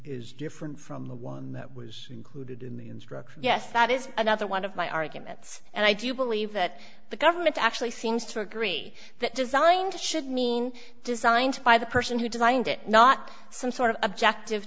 is different from the one that was included in the instructor yes that is another one of my arguments and i do believe that the government actually seems to agree that designed should mean designed by the person who designed it not some sort of objective